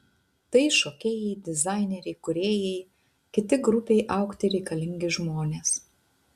tai šokėjai dizaineriai kūrėjai kiti grupei augti reikalingi žmonės